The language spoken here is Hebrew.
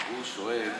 הוא שואל,